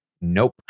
nope